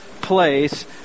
place